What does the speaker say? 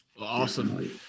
Awesome